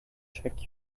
check